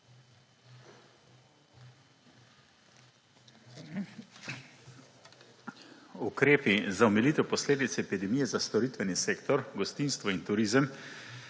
Ukrepi za omilitev posledic epidemije za storitveni sektor, gostinstvo in turizem